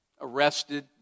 Arrested